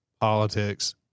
politics